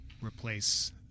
replace